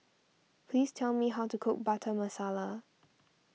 please tell me how to cook Butter Masala